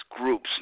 groups